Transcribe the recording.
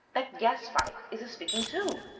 that gas-pipe is a speaking tube.